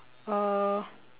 uh